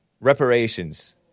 reparations